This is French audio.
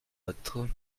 autres